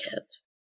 kids